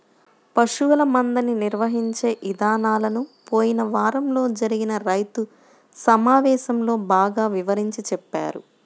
పశువుల మందని నిర్వహించే ఇదానాలను పోయిన వారంలో జరిగిన రైతు సమావేశంలో బాగా వివరించి చెప్పారు